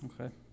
Okay